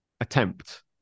attempt